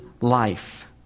life